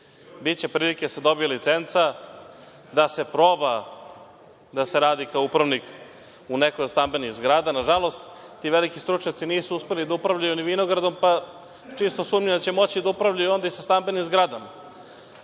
biće prilike da se dobije licenca, da se proba, da se radi kao upravnik u nekoj od stambenih zgrada. Na žalost, ti veliki stručnjaci nisu uspeli da upravljaju ni vinogradom, pa čisto sumnjam da će moći da upravljaju i ovde sa stambenim zgradama.